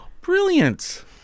Brilliant